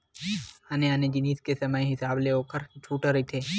आने आने जिनिस के समे हिसाब ले ओखर छूट ह रहिथे